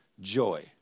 joy